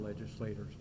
legislators